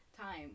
time